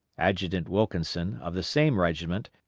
adjutant wilkenson, of the same regiment,